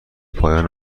پایان